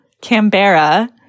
Canberra